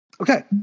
Okay